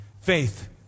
Faith